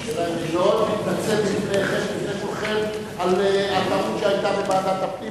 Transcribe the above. אני מאוד מתנצל בפני כולכם על הטעות שהיתה בוועדת הפנים,